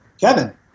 Kevin